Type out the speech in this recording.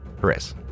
Chris